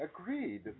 agreed